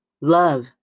Love